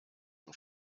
zum